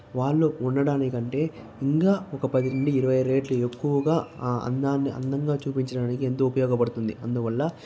వాళ్లు ఉండడాని కంటే ఇంకా ఒక పది నుండి ఇరవై రెట్లు ఎక్కువగా అందాన్ని అందంగా చూపించడానికి ఎంతో ఉపయోగపడుతుంది అందువల్ల